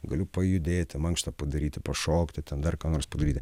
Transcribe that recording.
galiu pajudėti mankštą padaryti pašokti ten dar ką nors padaryti